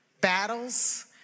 battles